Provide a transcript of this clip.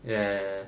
ya